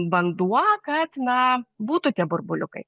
vanduo kad na būtų tie burbuliukai